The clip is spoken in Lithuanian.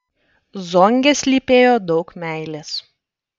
zonge slypėjo daug meilės